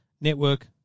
network